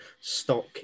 stock